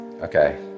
Okay